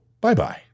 bye-bye